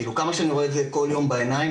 כמה שאני רואה את זה כל יום בעיניים,